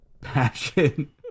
passion